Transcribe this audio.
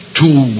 two